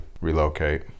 relocate